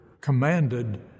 commanded